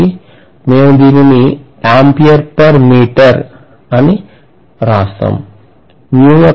కాబట్టి మేము దీనిని ఆంపియర్ పెర్ మీటర్ అని వ్రాయాలి